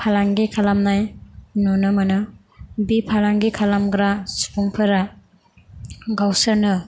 फालांगि खालामनाय नुनो मोनो बे फालांगि खालामग्रा सुबुंफोरा गावसोरनो